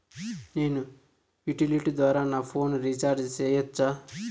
నేను యుటిలిటీ ద్వారా నా ఫోను రీచార్జి సేయొచ్చా?